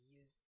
use